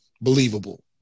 believable